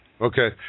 Okay